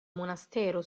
monastero